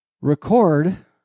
Record